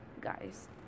guys